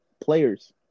players